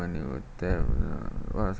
when they were